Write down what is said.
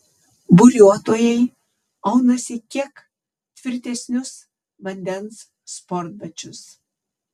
buriuotojai aunasi kiek tvirtesnius vandens sportbačius